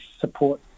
support